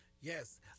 Yes